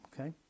okay